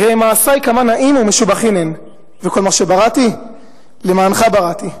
ראה מעשי כמה נאים ומשובחים הם וכל מה שבראתי למענך בראתי.